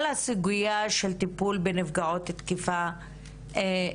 עלתה גם כל הסוגיה של טיפול בנפגעות תקיפה מינית,